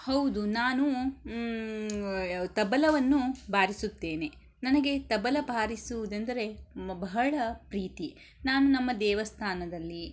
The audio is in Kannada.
ಹೌದು ನಾನು ತಬಲವನ್ನು ಬಾರಿಸುತ್ತೇನೆ ನನಗೆ ತಬಲ ಬಾರಿಸುವುದೆಂದರೆ ಬಹಳ ಪ್ರೀತಿ ನಾನು ನಮ್ಮ ದೇವಸ್ಥಾನದಲ್ಲಿ